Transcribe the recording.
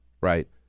right